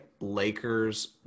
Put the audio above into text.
Lakers